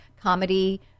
comedy